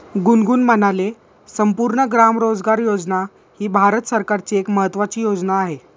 गुनगुन म्हणाले, संपूर्ण ग्राम रोजगार योजना ही भारत सरकारची एक महत्त्वाची योजना आहे